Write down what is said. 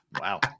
Wow